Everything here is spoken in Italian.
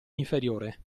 inferiore